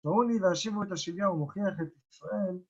תראו לי להשיבו את השוויה ומוכיח את ישראל